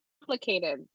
complicated